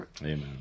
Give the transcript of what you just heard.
Amen